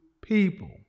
people